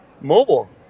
Mobile